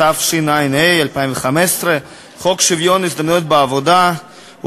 התשע"ה 2015. חוק שוויון ההזדמנויות בעבודה הוא